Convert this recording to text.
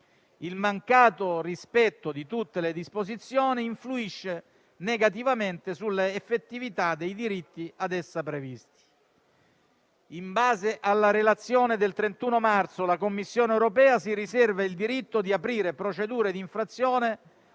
Il mancato rispetto di tutte le disposizioni influisce negativamente sull'effettività dei diritti da essa previsti. In base alla relazione del 31 marzo, la Commissione europea si riserva il diritto di aprire procedure di infrazione